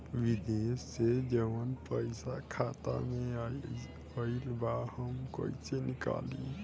विदेश से जवन पैसा खाता में आईल बा हम कईसे निकाली?